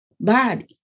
body